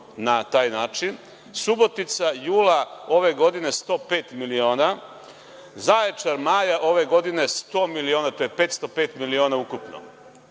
na taj način. Subotica jula ove godine 105 miliona, Zaječar maja ove godine 100 miliona, to je 505 miliona ukupno.